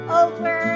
over